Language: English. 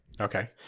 Okay